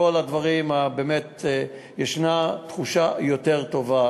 יש תחושה יותר טובה.